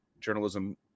journalism